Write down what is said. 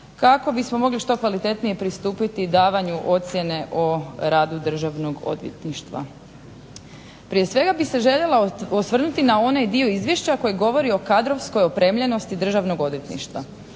kako bismo mogli što kvalitetnije pristupiti davanju ocjene o radu državnog odvjetništva. Prije svega bih se željela osvrnuti na onaj dio izvješća koji govori o kadrovskoj opremljenosti državnog odvjetništva.